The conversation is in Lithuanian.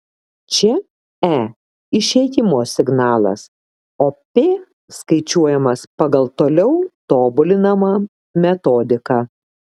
čia e išėjimo signalas o p skaičiuojamas pagal toliau tobulinamą metodiką